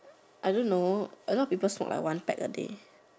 I don't know a lot people smoke like one pack a day